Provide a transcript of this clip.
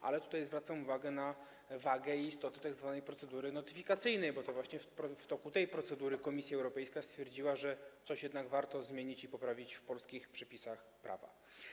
Zwracam tutaj uwagę na wagę, istotę tzw. procedury notyfikacyjnej, bo to właśnie w toku tej procedury Komisja Europejska stwierdziła, że coś jednak warto zmienić i poprawić w polskich przepisach prawa.